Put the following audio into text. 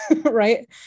right